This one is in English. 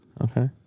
Okay